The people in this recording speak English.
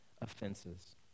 offenses